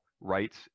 rights